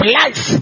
life